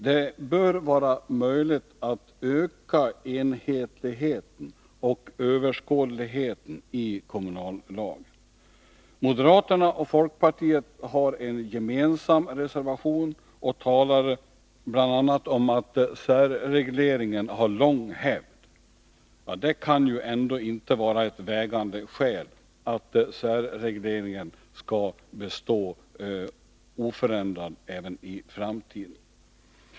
Det bör vara möjligt att öka enhetligheten och överskådligheten i kommunallagen. Moderaterna och folkpartiet har en gemensam reservation och talar bl.a. om att särregleringen har lång hävd. Det kan ju ändå inte vara ett vägande skäl för att särregleringen skall bestå oförändrad även i framtiden.